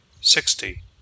Sixty